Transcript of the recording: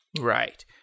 Right